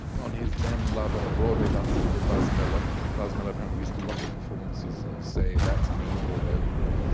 on his then lover a broadway dancer called buzz miller and buzz miller apparently used to look at performances and say that's me all over it.